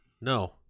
No